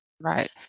Right